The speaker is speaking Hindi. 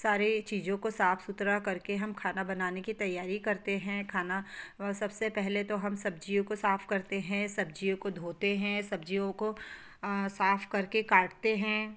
सारे चीज़ों को साफ़ सुथरा करके हम खाना बनाने की तैयारी करते हैं खाना सबसे पहले तो हम सब्ज़ियों को साफ़ करते हैं सब्ज़ियों को धोते हैं सब्ज़ियों को साफ़ करके काटते हैं